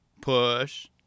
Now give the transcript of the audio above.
Push